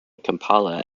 kampala